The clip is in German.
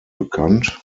bekannt